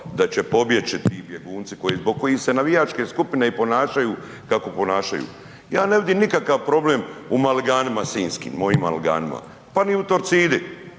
da će pobjeći ti bjegunci zbog kojih se navijačke skupine i ponašaju kako ponašaju. Ja ne vidim nikakav problem u Maliganima sinjskim, mojim Maliganima, pa ni u Torcidi.